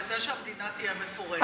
לזה שהמדינה תהיה מפורזת.